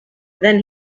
then